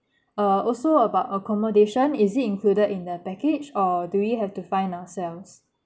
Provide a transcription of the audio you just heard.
uh also about accommodation is it included in the package or do we have to find ourselves